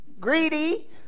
greedy